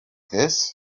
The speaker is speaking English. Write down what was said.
this